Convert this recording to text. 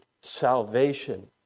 salvation